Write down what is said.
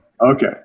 Okay